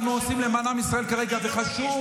אנחנו עושים למען עם ישראל כרגע וחשוב